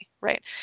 right